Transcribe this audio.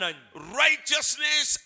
Righteousness